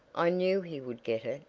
i knew he would get it,